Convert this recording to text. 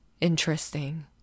Interesting